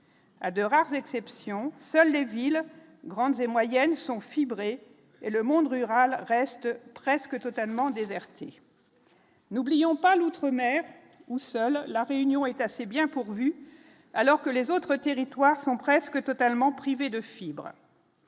à de rares exceptions, seules les villes grandes et moyennes sont fibré et le monde rural reste presque totalement déserté, n'oublions pas l'Outre-mer où seule la réunion est assez bien pourvue, alors que les autres territoires sont presque totalement privée de fibres,